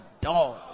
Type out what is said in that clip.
dog